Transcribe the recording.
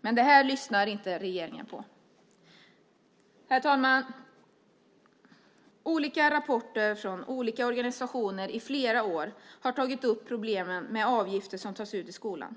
Men det här lyssnar inte regeringen på. Herr talman! Olika rapporter från olika organisationer har i flera år tagit upp problemet med avgifter som tas ut i skolan.